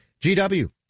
GW